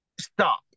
stop